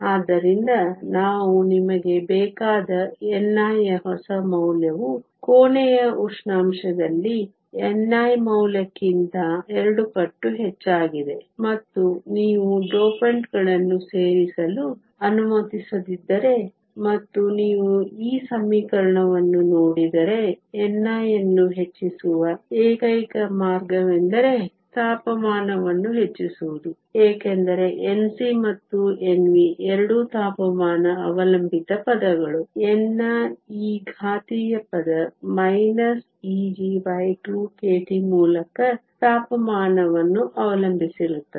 ಆದ್ದರಿಂದ ನಾವು ನಿಮಗೆ ಬೇಕಾದ ni ಯ ಹೊಸ ಮೌಲ್ಯವು ಕೋಣೆಯ ಉಷ್ಣಾಂಶದಲ್ಲಿ ni ಮೌಲ್ಯಕ್ಕಿಂತ ಎರಡು ಪಟ್ಟು ಹೆಚ್ಚಾಗಿದೆ ಮತ್ತು ನೀವು ಡೋಪಂಟ್ಗಳನ್ನು ಸೇರಿಸಲು ಅನುಮತಿಸದಿದ್ದರೆ ಮತ್ತು ನೀವು ಈ ಸಮೀಕರಣವನ್ನು ನೋಡಿದರೆ ni ಅನ್ನು ಹೆಚ್ಚಿಸುವ ಏಕೈಕ ಮಾರ್ಗವೆಂದರೆ ತಾಪಮಾನವನ್ನು ಹೆಚ್ಚಿಸುವುದು ಏಕೆಂದರೆ Nc ಮತ್ತು Nv ಎರಡೂ ತಾಪಮಾನ ಅವಲಂಬಿತ ಪದಗಳು ni ಈ ಘಾತೀಯ ಪದ ಮೈನಸ್ Eg2kT ಮೂಲಕ ತಾಪಮಾನವನ್ನು ಅವಲಂಬಿಸಿರುತ್ತದೆ